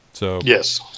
Yes